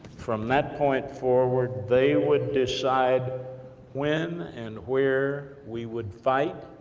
from that point forward, they would decide when, and where we would fight,